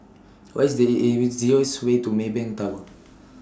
What IS The easiest Way to Maybank Tower